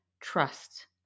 trust